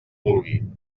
vulgui